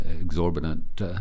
exorbitant